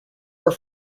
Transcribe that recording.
are